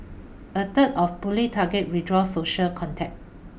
a third of bullied targets withdrew social contact